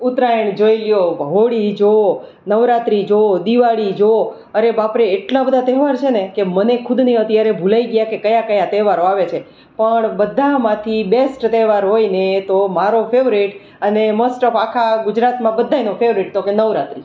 ઉત્તરાયણ જોઈ લો હોળી જુઓ નવરાત્રિ જુઓ દિવાળી જુઓ અરે બાપ રે એટલા બધા તહેવાર છે ને કે મને ખુદને અત્યારે ભુલાઈ ગયા કે કયા કયા તહેવારો આવે છે પણ બધામાંથી બેસ્ટ તહેવાર હોય ને તો મારો ફેવરેટ અને મોસ્ટ ઓફ આખા ગુજરાતમાં બધાયનો ફેવરેટ તો કહે નવરાત્રિ